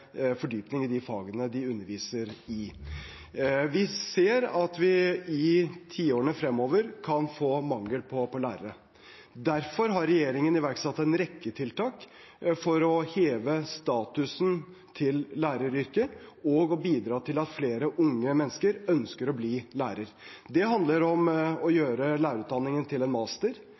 fordypning i de fagene de underviser i. Vi ser at vi i tiårene fremover kan få mangel på lærere. Derfor har regjeringen iverksatt en rekke tiltak for å heve statusen til læreryrket og bidra til at flere unge mennesker ønsker å bli lærer. Det handler om å gjøre lærerutdanningen til en master,